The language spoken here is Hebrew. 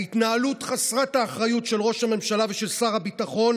ההתנהלות חסרת האחריות של ראש הממשלה ושל שר הביטחון